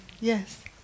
yes